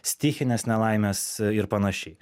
stichines nelaimes ir panašiai